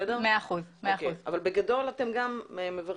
אבל בגדול אתם גם מברכים?